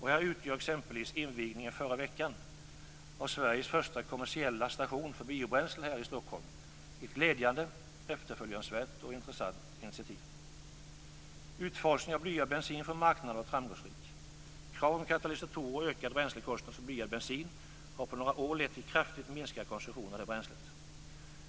Här utgör exempelvis invigningen i förra veckan av Sveriges första kommersiella station för biobränsle här i Stockholm ett glädjande, efterföljansvärt och intressant initiativ. Utfasningen av blyad bensin från marknaden har varit framgångsrik. Krav på katalysatorer och ökade bränslekostnader för blyad bensin har på några år lett till kraftigt minskad konsumtion av detta bränsle.